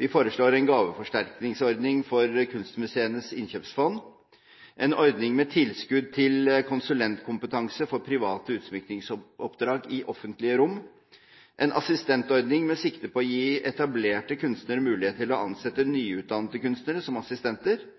en gaveforsterkningsordning for kunstmuseenes innkjøpsfond en ordning med tilskudd til konsulentkompetanse for private utsmykningsoppdrag i offentlige rom en assistentordning med sikte på å gi etablerte kunstnere mulighet til å ansette nyutdannede kunstnere som assistenter